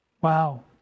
Wow